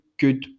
good